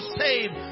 saved